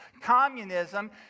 Communism